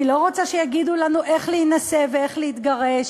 אני לא רוצה שיגידו לנו איך להינשא ואיך להתגרש,